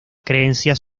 creencias